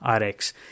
Rx